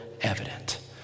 evident